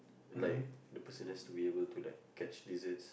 like the person has to be able to like catch lizards